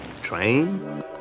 train